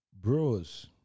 Brewers